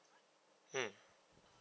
mm